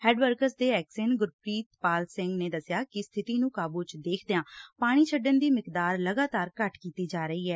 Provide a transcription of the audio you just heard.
headworks ਦੇ XEN Gurpreetpal Singh ਨੇ ਦਸਿਆ ਕਿ ਸਥਿਤੀ ਨੂੰ ਕਾਬੁ ਚ ਦੇਖਦਿਆਂ ਪਾਣੀ ਛੱਡਣ ਦੀ ਮਿਕਦਾਰ ਲਗਾਤਾਰ ਘਟ ਕੀਤੀ ਜਾ ਰਹੀ ਐ